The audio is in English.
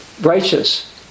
righteous